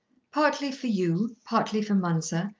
partly for you, partly for mounser,